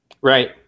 Right